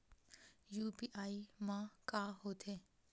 UPI मा का होथे?